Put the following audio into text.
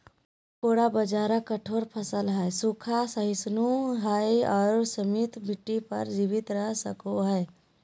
कोडो बाजरा कठोर फसल हइ, सूखा, सहिष्णु हइ आरो सीमांत मिट्टी पर जीवित रह सको हइ